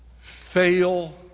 fail